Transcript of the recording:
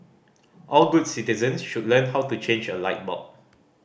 all good citizens should learn how to change a light bulb